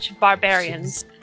Barbarians